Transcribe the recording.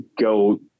go